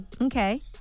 Okay